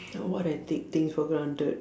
mm what I take things for granted